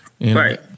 Right